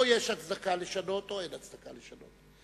או שיש הצדקה לשנות או שאין הצדקה לשנות.